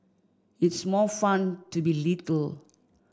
it's more fun to be little